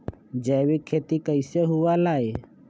जैविक खेती कैसे हुआ लाई?